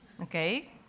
Okay